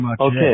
okay